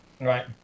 Right